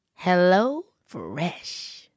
HelloFresh